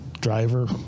driver